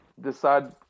decide